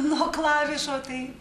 nuo klavišo tai